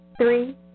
Three